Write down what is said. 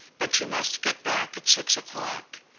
but you must get back at six o'clock.